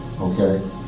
Okay